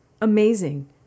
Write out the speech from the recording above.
amazing